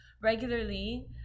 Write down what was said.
regularly